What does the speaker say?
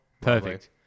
perfect